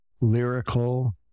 lyrical